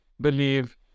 believe